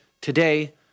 today